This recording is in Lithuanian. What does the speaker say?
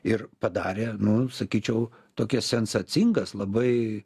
ir padarė nu sakyčiau tokias sensacingas labai